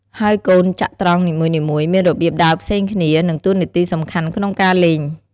ហើយកូនចត្រង្គនីមួយៗមានរបៀបដើរផ្សេងគ្នា និងតួនាទីសំខាន់ក្នុងការលេង។